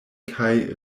kaj